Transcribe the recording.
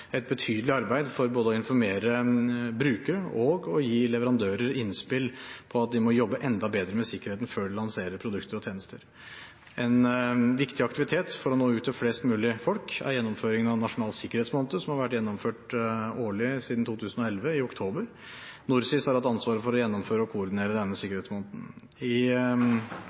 et betydelig arbeid for både å informere brukere og gi leverandører innspill på at de må jobbe enda bedre med sikkerheten før de lanserer produkter og tjenester. En viktig aktivitet for å nå ut til flest mulig folk er gjennomføring av Nasjonal Sikkerhetsmåned, som har vært gjennomført årlig siden 2011, i oktober. NorSIS har hatt ansvaret for å gjennomføre og koordinere denne sikkerhetsmåneden. I